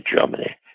Germany